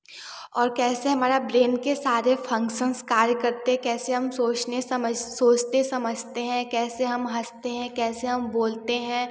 कैसे हमारे ब्रेन के सारे फंक्संस कार्य करते हैं कैसे हम सोचने सोचते समझते हैं कैसे हम हँसते हैं कैसे हम बोलते हैं